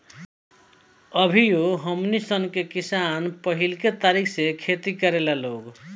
अभियो हमनी सन के किसान पाहिलके तरीका से खेती करेला लोग